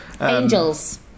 Angels